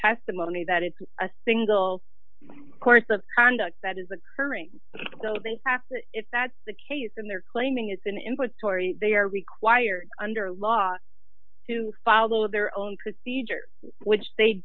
testimony that it's a single course of conduct that is occurring in fact if that's the case and they're claiming it's an input story they are required under law to follow their own procedures which they